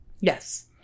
Yes